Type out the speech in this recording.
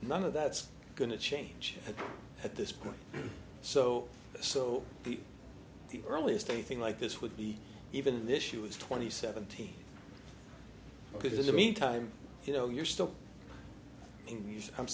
none of that's going to change at this point so so people the earliest anything like this would be even the issue is twenty seventeen because the meantime you know you're still in i'm